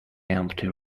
empty